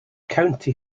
county